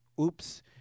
Oops